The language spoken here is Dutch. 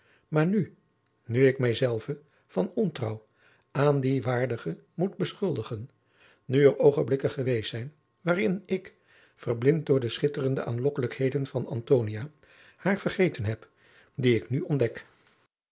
maar nu nu ik mijzelven van ontrouw aan die waardige moet beschuldigen nu er oogenblikken geweest zijn waarin ik verblind door de schitterende aanlokkelijkheden van antonia haar vergeten heb die ik nu ontdek